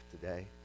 today